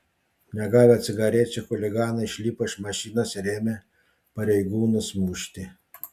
negavę cigarečių chuliganai išlipo iš mašinos ir ėmė pareigūnus mušti